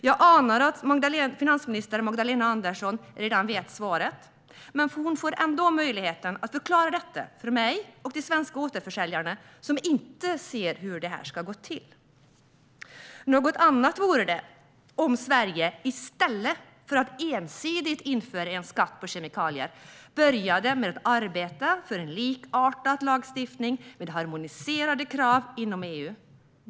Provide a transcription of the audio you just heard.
Jag anar att finansminister Magdalena Andersson redan vet svaret, men hon får ändå möjlighet att förklara detta för mig och de svenska återförsäljarna, som inte ser hur det här ska gå till. Det vore annat om Sverige i stället för att ensidigt införa en skatt på kemikalier började arbeta för en likartad lagstiftning med harmoniserade krav inom EU.